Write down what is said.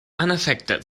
unaffected